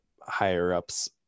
higher-ups